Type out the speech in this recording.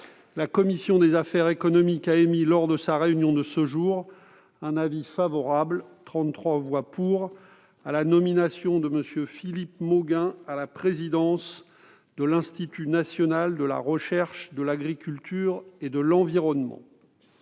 la commission des affaires économiques a émis, lors de sa réunion de ce jour, un avis favorable- 33 voix pour -à la nomination de M. Philippe Mauguin à la présidence de l'Institut national de la recherche, de l'agriculture et de l'environnement.